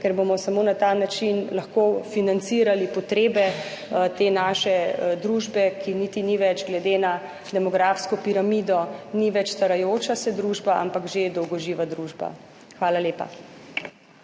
ker bomo samo na ta način lahko financirali potrebe te naše družbe, ki niti ni več glede na demografsko piramido, ni več starajoča se družba, ampak že dolgoživa družba. Hvala lepa.